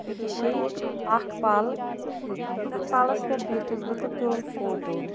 أکِس جایہِ اَکھ پَل تہِ تَتھ پَلَس پٮ۪ٹھ بیٖٹٕھس بہِ تہٕ تُل فوٹو